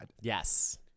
Yes